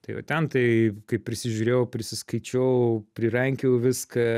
tai va ten tai kai prisižiūrėjau prisiskaičiau prirankiojau viską